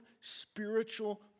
spiritual